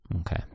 Okay